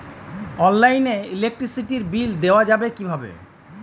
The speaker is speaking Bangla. অনলাইনে ইলেকট্রিসিটির বিল দেওয়া যাবে কিভাবে?